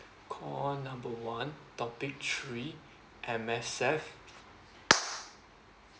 call number one topic three M_S_F